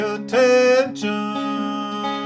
attention